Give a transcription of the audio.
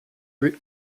route